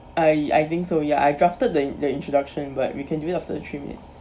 I I think so ya I drafted the in~ the introduction but we can do it after three minutes